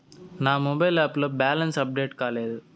నా mobile app లో balance update కాలేదు